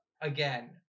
again